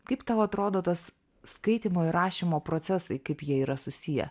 kaip tau atrodo tas skaitymo ir rašymo procesai kaip jie yra susiję